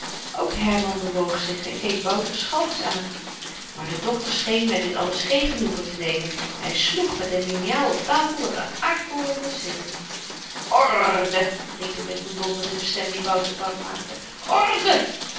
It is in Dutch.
ook herman bewoog zich en keek wouter schalks aan maar de dokter scheen met dit alles geen genoegen te nemen hy sloeg met n liniaal op tafel dat de aardbol er van sidderde orrrde riep hy met n donderende stem die wouter bang maakte orrrde